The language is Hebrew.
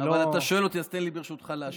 אבל אתה שואל אותי, אז תן לי בבקשה להשיב.